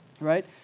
right